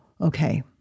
Okay